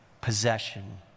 possession